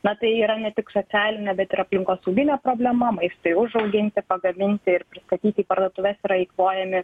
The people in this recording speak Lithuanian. na tai yra ne tik socialinė bet ir aplinkosauginė problema maistui užauginti pagaminti ir pristatyti į parduotuves yra eikvojami